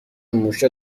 موشا